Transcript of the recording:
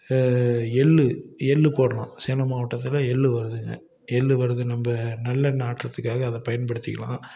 எள் எள் போடுறோம் சேலம் மாவட்டத்தில் எள் வருதுங்க எள் வருது நம்ம நல்லெண்ணெய் ஆட்டுறத்துக்காக அதை பயன்படுத்திக்கலாம்